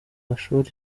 mashuri